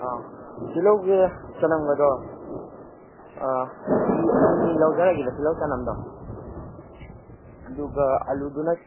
ꯑꯥ ꯇꯤꯜꯍꯧꯁꯦ ꯆꯅꯝꯒꯗꯣ K G ꯑꯅꯤ ꯑꯅꯤ ꯂꯧꯖꯔꯒꯦꯕ ꯇꯤꯜꯍꯧ ꯆꯅꯝꯗꯣ ꯑꯗꯨꯒ ꯑꯂꯨꯗꯨꯅ